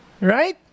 Right